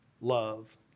love